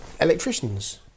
electricians